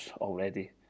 already